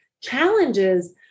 challenges